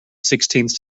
sixteenth